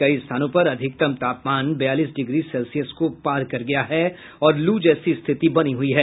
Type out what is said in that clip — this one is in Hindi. कई स्थानों पर अधिकतम तापमान बयालीस डिग्री सेल्सियस को पार कर गया है और लू जैसी स्थिति बनी हुई है